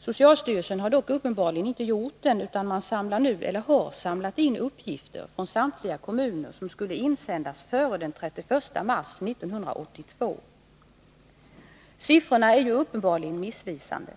Socialstyrelsen har dock tydligen inte gjort den, utan har fram till den 31 mars 1982 samlat in uppgifter från samtliga kommuner på det gamla sättet. Siffrorna är uppenbarligen missvisande.